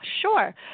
Sure